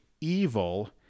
evil